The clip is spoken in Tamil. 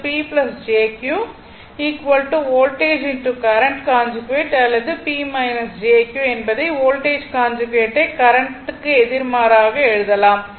இது P jQ voltage current conjugate அல்லது P jQ என்பதை வோல்டேஜ் கான்ஜுகேட்டை கரண்ட் க்கு எதிர்மாறாக எழுதலாம்